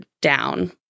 down